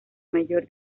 mayor